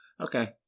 Okay